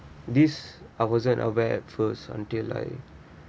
this I wasn't aware at first until like